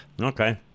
Okay